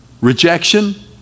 rejection